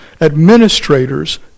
administrators